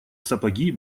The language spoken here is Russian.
сапоги